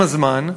עם הזמן,